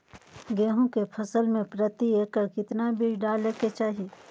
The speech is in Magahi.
गेहूं के फसल में प्रति एकड़ कितना बीज डाले के चाहि?